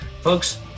Folks